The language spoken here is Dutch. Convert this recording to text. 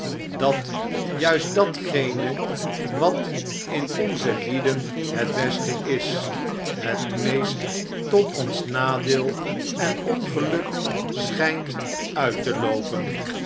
dat juist datgene wat in onze lieden het beste is het meest tot ons nadeel en ongeluk schijnt uit te loopen